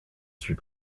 suis